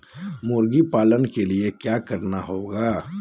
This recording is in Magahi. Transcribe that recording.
मुर्गी पालन के लिए क्या करना होगा?